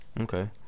okay